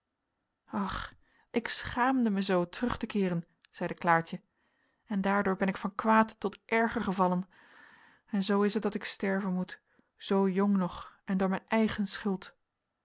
ach ik schaamde mij zoo terug te keeren zeide klaartje en daardoor ben ik van kwaad tot erger gevallen en zoo is het dat ik sterven moet zoo jong nog en door mijn eigen schuld